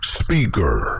speaker